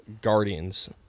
Guardians